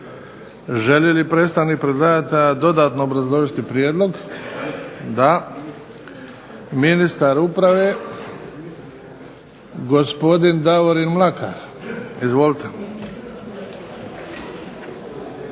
Želi li predstavnik predlagatelja dodatno obrazložiti prijedlog? Da. Ministar uprave gospodin Davorin Mlakar. Izvolite.